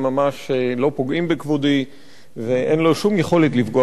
הם ממש לא פוגעים בכבודי ואין לו שום יכולת לפגוע